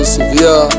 severe